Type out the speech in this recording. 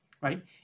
right